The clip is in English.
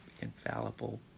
infallible